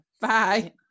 bye